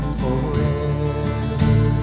forever